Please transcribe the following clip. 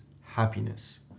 happiness